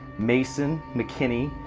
mason, mckinney,